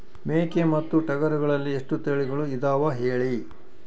ಮೇಕೆ ಮತ್ತು ಟಗರುಗಳಲ್ಲಿ ಎಷ್ಟು ತಳಿಗಳು ಇದಾವ ಹೇಳಿ?